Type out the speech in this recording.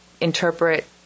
interpret